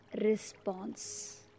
response